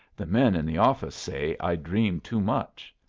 the men in the office say i dream too much.